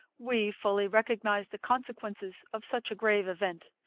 we fully realize the consequences of such a grave event.